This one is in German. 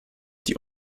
die